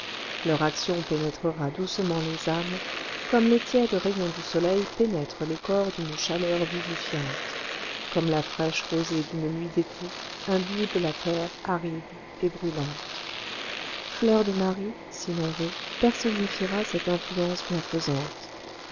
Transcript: leur action pénétrera doucement les âmes comme les tièdes rayons du soleil pénètrent les corps d'une chaleur vivifiante comme la fraîche rosée d'une nuit d'été imbibe la terre aride et brûlante fleur de marie si l'on veut personnifiera cette influence bienfaisante